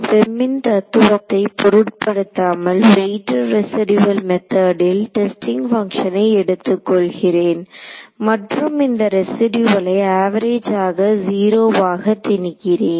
FEM ன் தத்துவத்தை பொருட்படுத்தாமல் வெயிட்டட் ரெசிடியுவள் மெத்தெடில் டெஸ்டிங் பங்க்ஷனை எடுத்துக் கொள்கிறேன் மற்றும் இந்த ரெசிடியுவளை ஆவரேஜ் ஆக 0 வாக திணிக்கிறேன்